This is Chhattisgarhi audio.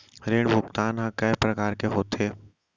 ऋण भुगतान ह कय प्रकार के होथे?